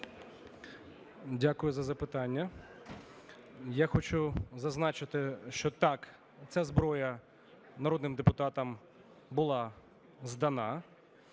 Дякую за запитання. Я хочу зазначити, що, так, ця зброя народним депутатом була здана.